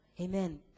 Amen